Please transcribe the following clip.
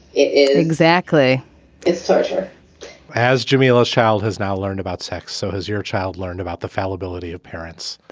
exactly it's such ah as jamelia child has now learned about sex. so has your child learned about the fallibility of parents